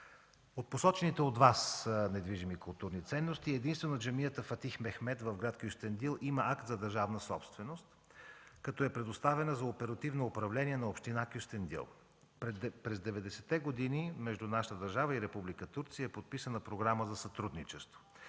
От посочените от Вас недвижими културни ценности единствено джамията „Фатих Мехмед” в гр. Кюстендил има акт за държавна собственост, като е предоставена за оперативно управление на община Кюстендил. През 90-те години между нашата държава и Република Турция е подписана програма за сътрудничество.